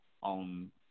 on